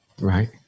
Right